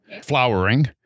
flowering